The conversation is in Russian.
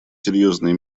серьезные